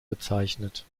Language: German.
bezeichnet